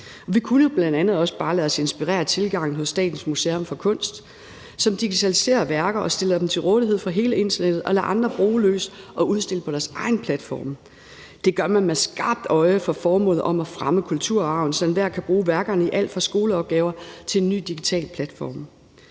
Vi kunne bl.a. også bare lade os inspirere af tilgangen hos Statens Museum for Kunst, som digitaliserer værker og stiller dem til rådighed for hele internettet og lader andre bruge løs og udstille dem på deres egne platforme. Det gør man med skarpt øje for formålet om at fremme kulturarven, så enhver kan bruge værkerne i alt fra skoleopgaver til nye digitale platforme.